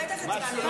בטח הצבענו.